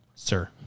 sir